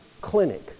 clinic